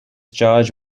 charged